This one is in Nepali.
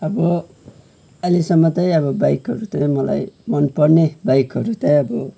अब अहिलेसम्म त्यही अब बाइकहरू चाहिँ मलाई मनपर्ने बाइकहरू चाहिँ अब